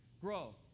Growth